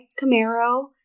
Camaro